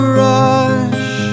rush